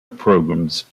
programs